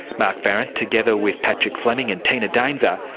mark farrant, together with patrick fleming and tina daenzer,